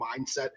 mindset